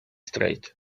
straight